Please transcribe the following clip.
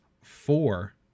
four